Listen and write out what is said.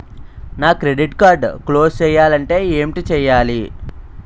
నా credit card close చేయాలంటే ఏంటి చేయాలి?